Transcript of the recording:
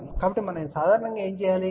కాబట్టి మనం సాధారణంగా ఏమి చేస్తాము